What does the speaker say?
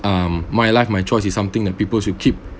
um my life my choice is something that peoples will keep